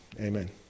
Amen